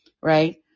Right